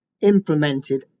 implemented